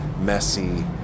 messy